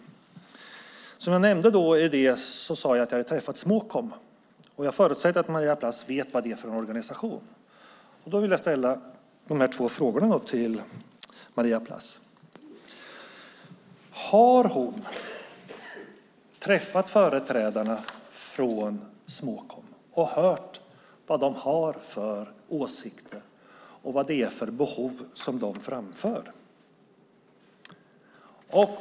Som jag nämnde i mitt anförande har jag träffat representanter från Småkom. Jag förutsätter att Maria Plass vet vad det är för organisation. Jag vill ställa två frågor till Maria Plass. Har Maria Plass träffat företrädarna från Småkom och hört vad de har för åsikter och vilka behov de framför?